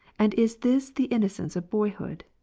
and is this the innocence of boyhood?